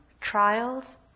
trials